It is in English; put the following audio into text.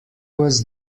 was